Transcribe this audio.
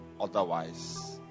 otherwise